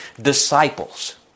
disciples